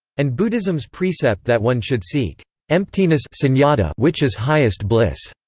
and buddhism's precept that one should seek emptiness so and ah but which is highest bliss.